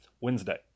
Wednesday